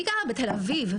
אבל אני גרה בתל אביב,